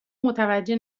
متوجه